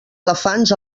elefants